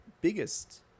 biggest